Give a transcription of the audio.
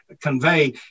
convey